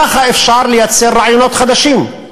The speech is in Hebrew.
ככה אפשר לייצר רעיונות חדשים,